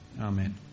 Amen